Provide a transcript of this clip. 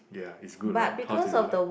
ya it's good right how do you like